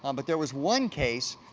um but there was one case,